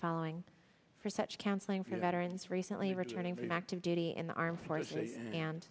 following for such counseling for veterans recently returning from active duty in the armed forces and